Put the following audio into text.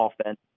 offense